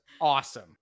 awesome